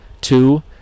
Two